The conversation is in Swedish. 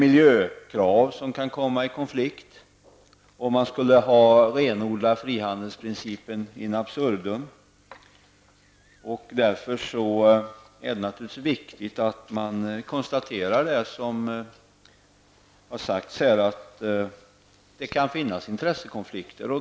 Miljökraven kan komma i konflikt med frihandeln om man renodlar frihandelsprincipen in absurdum. Därför är det naturligtvis viktigt att man konstaterar vad som här har sagts: Det kan finnas intressekonflikter.